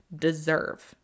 deserve